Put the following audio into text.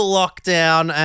lockdown